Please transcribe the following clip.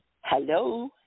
Hello